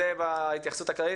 עד כאן התייחסויות כלליות.